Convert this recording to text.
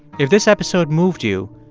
if this episode moved you,